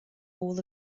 all